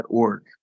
org